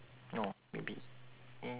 oh maybe